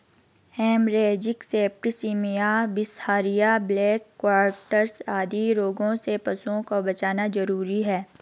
haemorrhagic septicaemia, बिसहरिया, black quarters आदि रोगों से पशुओं को बचाना जरूरी है